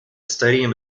stadium